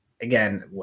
again